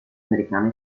americana